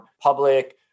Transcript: public